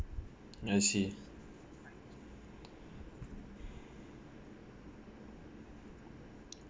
I see